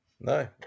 no